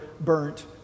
burnt